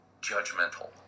judgmental